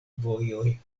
vojoj